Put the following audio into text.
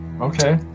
okay